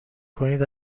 کنید